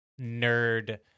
nerd